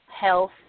health